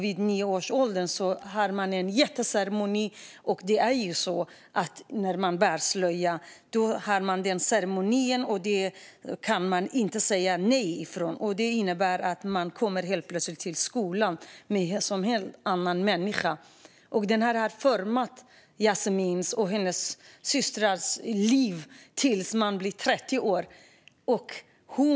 Vid nio års ålder hålls en jätteceremoni. När flickan ska bära slöja har man denna ceremoni, och hon kan inte säga nej. Det innebär att hon helt plötsligt kommer till skolan som en helt annan människa. Detta formar Jasmines och hennes systrars liv till dess att de blir 30 år.